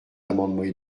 amendements